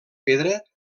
pedra